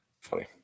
Funny